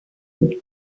devient